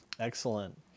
Excellent